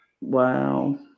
Wow